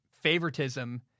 favoritism